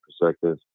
perspective